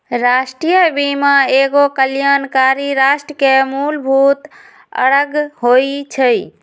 राष्ट्रीय बीमा एगो कल्याणकारी राष्ट्र के मूलभूत अङग होइ छइ